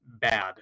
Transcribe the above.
bad